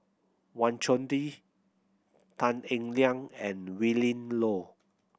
Wang Chunde Tan Eng Liang and Willin Low